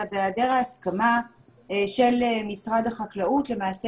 אלא בהיעדר ההסכמה של משרד החקלאות למעשה